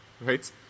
right